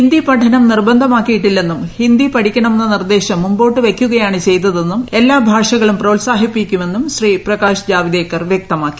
ഹിന്ദി പഠനം നിർബന്ധമാക്കിയിട്ടില്ലെന്നും ഹിന്ദി പഠിക്കണമെന്ന നിർദ്ദേശം മുമ്പോട്ട് വയ്ക്കുകയാണ് ചെയ്തതെന്നും എല്ലാ ഭാഷകളും പ്രോത്സാഹിപ്പിക്കുമെന്നും ശ്രീ പ്രകാശ് ജാവദേക്കർ വ്യക്തമാക്കി